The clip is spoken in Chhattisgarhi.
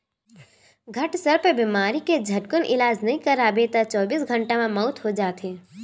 घटसर्प बेमारी के झटकुन इलाज नइ करवाबे त चौबीस घंटा म मउत हो जाथे